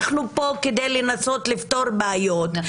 אנחנו פה כדי לנסות לפתור בעיות,